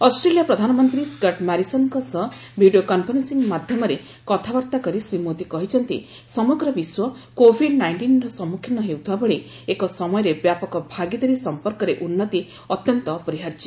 Australia ପ୍ରଧାନମନ୍ତ୍ରୀ Scott ମାରିସନ୍ଙ୍କ ସହ ଭିଡ଼ିଓ କନ୍ଫରେନ୍ସିଂ ମାଧ୍ୟମରେ କଥାବାର୍ତ୍ତା କରି ଶ୍ରୀ ମୋଦୀ କହିଛନ୍ତି ସମଗ୍ର ବିଶ୍ୱ କୋଭିଡ୍ ନାଇଷ୍ଟିନ୍ର ସମ୍ମଖୀନ ହେଉଥିବା ଭଳି ଏକ ସମୟରେ ବ୍ୟାପକ ଭାଗିଦାରୀ ସଂପର୍କରେ ଉନ୍ନତି ଅତ୍ୟନ୍ତ ଅପରିହାର୍ଯ୍ୟ